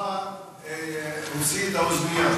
לכבודך הוא הוציא את האוזנייה.